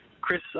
Chris